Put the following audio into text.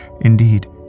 Indeed